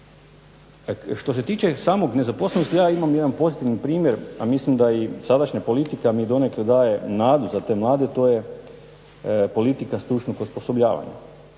što se tiče same nezaposlenosti ja imam jedan pozitivni primjer, a mislim da i sadašnja politika mi donekle daje nadu za te mlade, to je politika stručnog osposobljavanja.